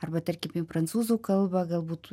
arba tarkim į prancūzų kalbą galbūt